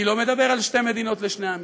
אני לא מדבר על שתי מדינות לשני עמים,